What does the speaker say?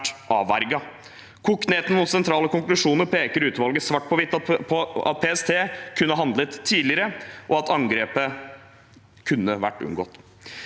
avverget. Kokt ned til noen sentrale konklusjoner peker utvalget – svart på hvitt – på at PST kunne ha handlet tidligere, og at angrepet kunne vært unngått.